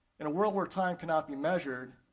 in a world where time cannot be measured,